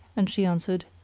and she answered,